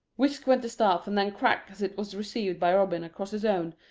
whisk went the staff and then crack as it was received by robin across his own,